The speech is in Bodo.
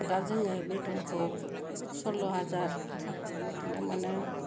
दा जोङो बेथनखौ सल्ल' हाजार बिदिनो मोनो